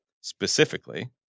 specifically